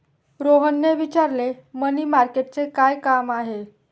रोहनने विचारले, मनी मार्केटचे काय काम आहे?